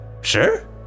Sure